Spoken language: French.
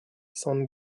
san